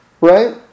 right